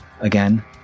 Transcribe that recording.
again